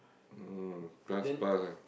uh plus plus ah